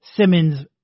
Simmons